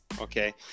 Okay